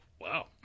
Wow